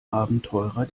abenteurer